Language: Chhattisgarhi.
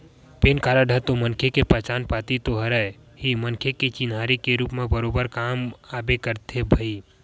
पेन कारड ह तो मनखे के पहचान पाती तो हरे ही मनखे के चिन्हारी के रुप म बरोबर काम आबे करथे भई